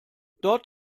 dort